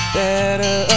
better